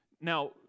Now